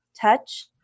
touch